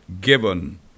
given